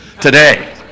today